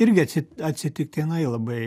irgi atsi atsitiktinai labai